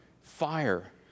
fire